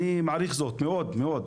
אני מעריך זאת מאוד מאוד.